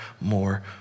more